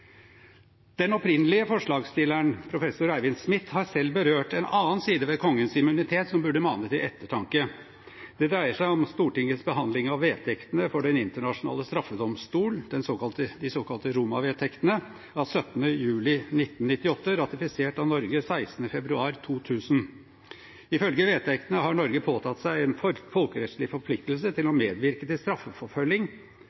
Den opprinnelige forslagsstilleren, professor Eivind Smith, har selv berørt en annen side ved kongens immunitet som burde mane til ettertanke. Det dreier seg om Stortingets behandling av vedtektene for Den internasjonale straffedomstol – de såkalte Roma-vedtektene av 17. juli 1998, ratifisert av Norge 16. februar 2000. Ifølge vedtektene har Norge påtatt seg en folkerettslig forpliktelse til